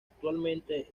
actualmente